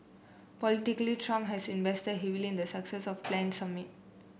politically Trump has invested heavily in the success of planned summit